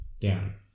down